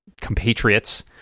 compatriots